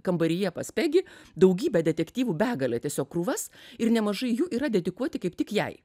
kambaryje pas pegi daugybę detektyvų begalę tiesiog krūvas ir nemažai jų yra dedikuoti kaip tik jai